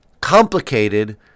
complicated